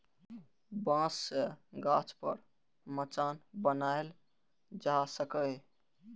बांस सं गाछ पर मचान बनाएल जा सकैए